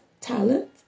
talent